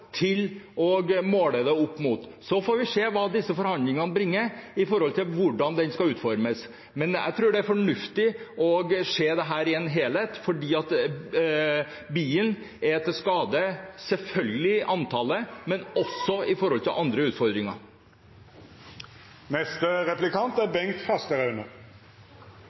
parametere å måle det opp mot, og vi får se hva disse forhandlingene bringer når det gjelder hvordan det skal utformes. Men jeg tror det er fornuftig å se dette i en helhet, for bilen er til skade, selvfølgelig antallet, men også i forhold til andre utfordringer. Jeg skjønner godt at representanten Gunnes er